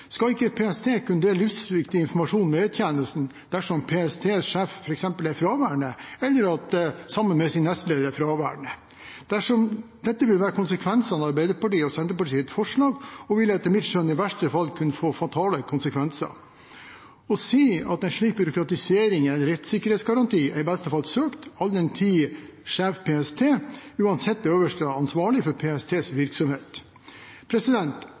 Skal ikke PST kunne dele livsviktig informasjon med E-tjenesten dersom PSTs sjef f.eks. er fraværende, eller er fraværende sammen med sin nestleder? Dette vil være konsekvensene av Arbeiderpartiets og Senterpartiets forslag og vil etter mitt skjønn i verste fall kunne få fatale konsekvenser. Å si at en slik byråkratisering gir en rettssikkerhetsgaranti, er i beste fall søkt all den tid sjef PST uansett er øverste ansvarlig for PSTs virksomhet.